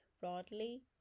broadly